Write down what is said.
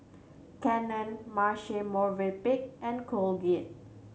Canon Marche Movenpick and Colgate